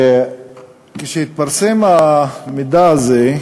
כשהתפרסם המידע הזה,